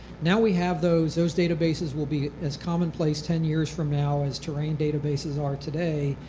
now we have those. those databases will be as commonplace ten years from now as terrain databases are today.